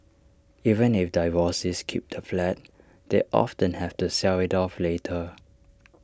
even if divorcees keep the flat they often have to sell IT off later